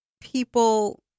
people